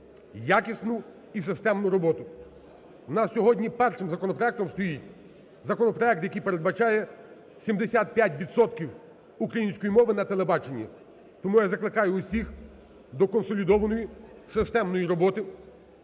якісну і системну роботу. В нас сьогодні першим законопроектом стоїть законопроект, який передбачає 75 відсотків української мови на телебаченні. Тому я закликаю усіх до консолідованої системної роботи.